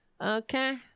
okay